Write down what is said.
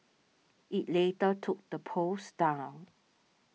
it later took the post down